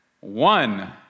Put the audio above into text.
one